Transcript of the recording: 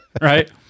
right